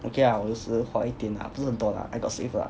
okay ah 我有时花一点啊不是很多啊 I got save ah